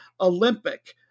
Olympic